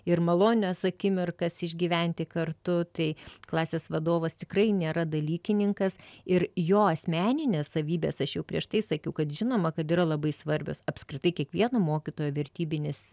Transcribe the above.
ir malonias akimirkas išgyventi kartu tai klasės vadovas tikrai nėra dalykininkas ir jo asmeninės savybės aš jau prieš tai sakiau kad žinoma kad yra labai svarbios apskritai kiekvieno mokytojo vertybinis